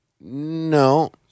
No